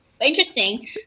interesting